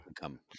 come